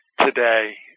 today